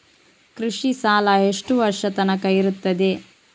ಕೃಷಿ ಸಾಲ ಎಷ್ಟು ವರ್ಷ ತನಕ ಇರುತ್ತದೆ?